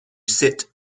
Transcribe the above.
sit